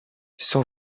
son